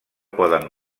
poden